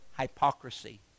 hypocrisy